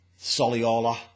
Soliola